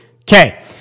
Okay